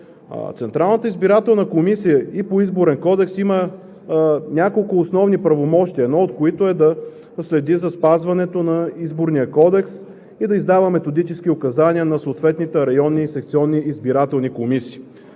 Централната избирателна комисия и по Изборен кодекс има няколко основни правомощия, едно от които е да следи за спазването на Изборния кодекс и да издава методически указания на съответните районни и секционни избирателни комисии.